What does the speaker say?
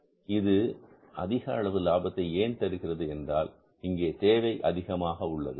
இது அதிக அளவு லாபத்தை ஏன் தருகிறது என்றால் இங்கே தேவை அதிகமாக உள்ளது